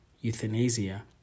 euthanasia